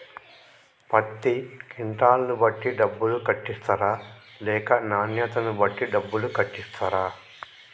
పత్తి క్వింటాల్ ను బట్టి డబ్బులు కట్టిస్తరా లేక నాణ్యతను బట్టి డబ్బులు కట్టిస్తారా?